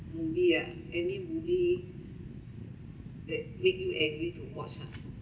movie ah any movie that make you angry to watch ah